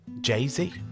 Jay-Z